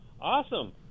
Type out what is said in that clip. awesome